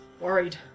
worried